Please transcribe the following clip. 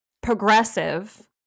progressive